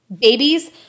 Babies